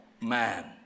man